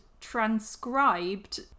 transcribed